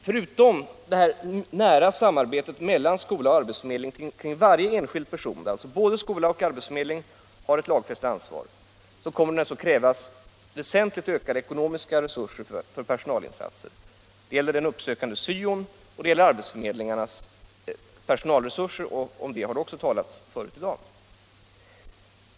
Förutom det nära samarbetet mellan skola och arbetsförmedling kring varje enskild person — både skola och arbetsförmedling har alltså ett lagfäst ansvar — kommer det naturligtvis att krävas väsentligt ökade ekonomiska resurser för personalinsatser. Det gäller bl.a. den uppsökande syon och arbetsförmedlingarnas personalresurser, som det också har talats om förut i dag.